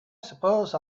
suppose